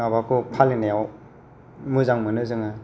माबाखौ फालिनायाव मोजां मोनो जोङो